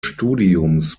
studiums